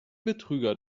betrüger